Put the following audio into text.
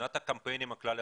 מבחינת הקמפיינים הכלל ארציים,